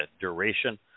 duration